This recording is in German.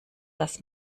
dass